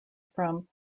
from